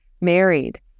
married